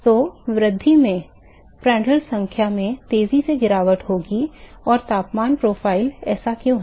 तो वृद्धि में प्रांटल संख्या में तेजी से गिरावट होगी और तापमान प्रोफ़ाइल ऐसा क्यों है